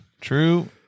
True